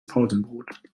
pausenbrot